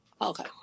Okay